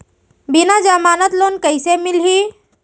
बिना जमानत लोन कइसे मिलही?